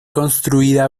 construida